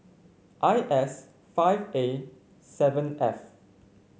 I S five A seven F